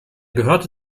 gehörte